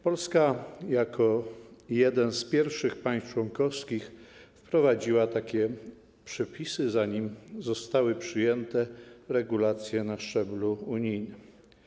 Polska jako jedno z pierwszych państw członkowskich wprowadziła takie przepisy, zanim zostały przyjęte regulacje na szczeblu unijnym.